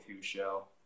shell